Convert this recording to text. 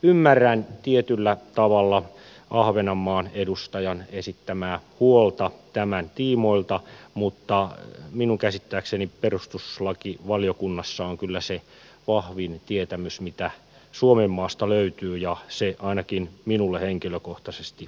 ymmärrän tietyllä tavalla ahvenanmaan edustajan esittämää huolta tämän tiimoilta mutta minun käsittääkseni perustuslakivaliokunnassa on kyllä se vahvin tietämys mitä suomenmaasta löytyy ja se ainakin minulle henkilökohtaisesti riittää